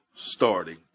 starting